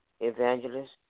Evangelist